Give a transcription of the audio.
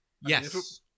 Yes